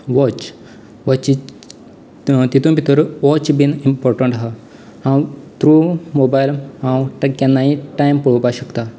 watch वॉचि तितुन भितर वॉच बीन इंर्पोटंट आसा हांव थ्रू मोबायल हांव ते केन्नाय एक टायम पळोवपाक शकता